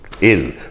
ill